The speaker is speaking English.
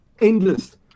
endless